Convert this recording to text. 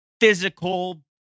physical